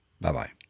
Bye-bye